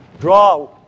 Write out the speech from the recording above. Draw